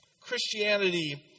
Christianity